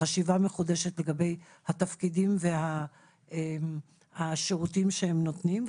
חשיבה מחודשת לגבי התפקידים והשירותים שהם נותנים,